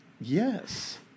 Yes